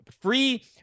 free